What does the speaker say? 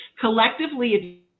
Collectively